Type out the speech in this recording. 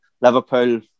Liverpool